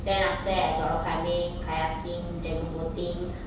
then after that I got rock climbing kayaking dragon boating